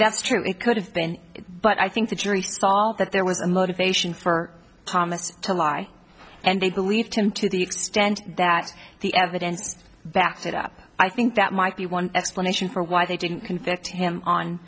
that's true it could have been but i think the jury thought that there was a motivation for thomas to lie and they believed him to the extent that the evidence backs it up i think that might be one explanation for why they didn't convict him on